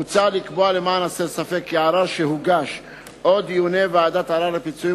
מוצע לקבוע למען הסר ספק כי ערר שהוגש או דיוני ועדת ערר לפיצויים